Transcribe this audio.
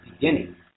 beginning